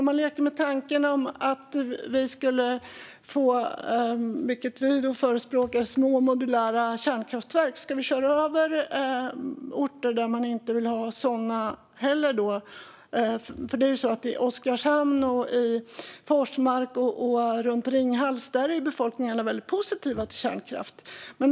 Om man leker med tanken att vi skulle få, vilket vi förespråkar, små modulära kärnkraftverk, ska vi då köra över orter där man inte heller vill ha sådana? I Oskarshamn, Forsmark och runt Ringhals är befolkningen väldigt positiv till kärnkraft.